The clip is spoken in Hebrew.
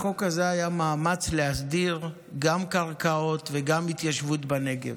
החוק הזה היה מאמץ להסדיר גם קרקעות וגם התיישבות בנגב.